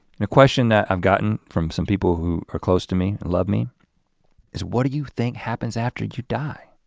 and a question that i've gotten from some people who are close to me, love me is what do you think happens after you die?